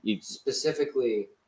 Specifically